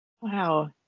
Wow